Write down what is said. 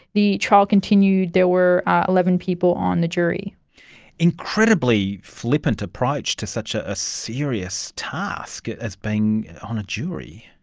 the trial continued, there were eleven people on the jury. an incredibly flippant approach to such ah a serious task as being on a jury.